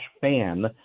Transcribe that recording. fan